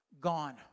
gone